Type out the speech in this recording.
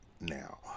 now